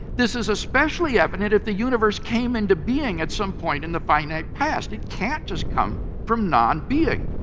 this is especially evident if the universe came into being at some point in the finite past. it can't just come from nonbeing.